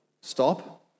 stop